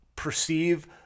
Perceive